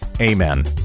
Amen